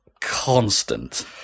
constant